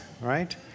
right